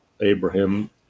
Abraham